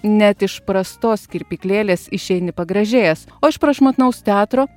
net iš prastos kirpyklėlės išeini pagražėjęs o iš prašmatnaus teatro